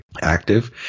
active